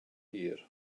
hir